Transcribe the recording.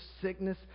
sickness